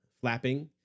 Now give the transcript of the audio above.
flapping